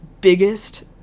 biggest